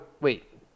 wait